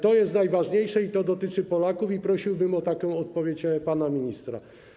To jest najważniejsze i to dotyczy Polaków i prosiłbym o taką odpowiedź od pana ministra.